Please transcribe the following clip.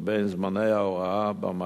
לבין זמני ההוראה במערכת.